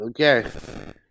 Okay